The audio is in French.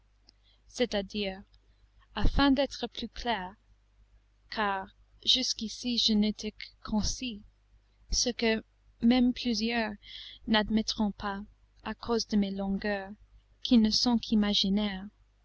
c'est-à-dire afin d'être plus clair car jusqu'ici je n'ai été que concis ce que même plusieurs n'admettront pas à cause de mes longueurs qui ne sont qu'imaginaires